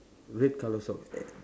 red colour socks